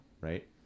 right